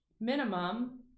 minimum